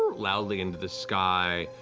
loudly into the sky.